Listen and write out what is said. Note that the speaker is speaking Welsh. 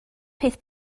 peth